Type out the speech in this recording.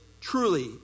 truly